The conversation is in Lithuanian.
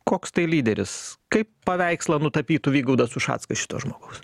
koks tai lyderis kaip paveikslą nutapytų vygaudas ušackas šito žmogaus